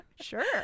sure